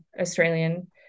Australian